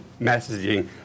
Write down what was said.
messaging